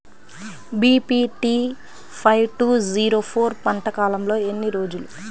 BPT five two zero four పంట కాలంలో ఎన్ని రోజులు?